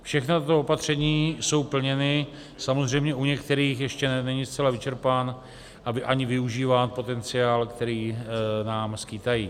Všechna tato opatření jsou plněna, samozřejmě u některých ještě není zcela vyčerpán ani využíván potenciál, která nám skýtají.